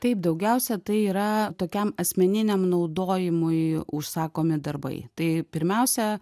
taip daugiausia tai yra tokiam asmeniniam naudojimui užsakomi darbai tai pirmiausia